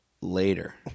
later